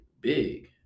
Big